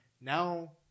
now